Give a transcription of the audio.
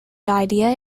idea